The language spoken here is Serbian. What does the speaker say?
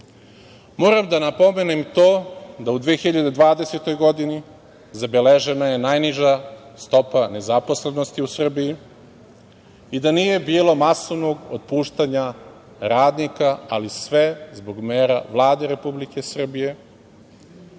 Moram da napomenem to da je u 2020. godini zabeležena najniža stopa nezaposlenosti u Srbiji i da nije bilo masovnog otpuštanja radnika, ali sve zbog mera Vlade Republike Srbije,